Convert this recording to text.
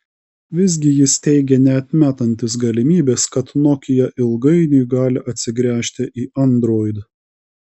visgi jis teigė neatmetantis galimybės kad nokia ilgainiui gali atsigręžti į android